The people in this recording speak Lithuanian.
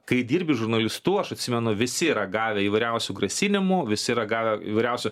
kai dirbi žurnalistu aš atsimenu visi yra gavę įvairiausių grasinimų visi yra gavę įvairiausių